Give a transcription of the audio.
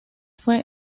fue